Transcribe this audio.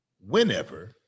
whenever